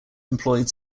employed